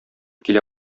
килә